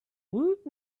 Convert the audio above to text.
woot